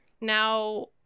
Now